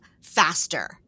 faster